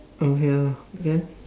okay ya can